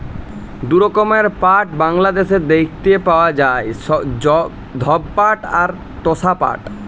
দু রকমের পাট বাংলাদ্যাশে দ্যাইখতে পাউয়া যায়, ধব পাট অ তসা পাট